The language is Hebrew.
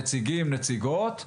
נציגים נציגות,